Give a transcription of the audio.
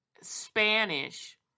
Spanish